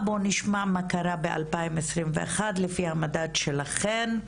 בואו נשמע מה קרה ב-2021 לפי המדד שלכן.